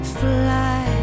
fly